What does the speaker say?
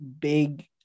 big